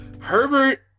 Herbert